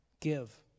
Give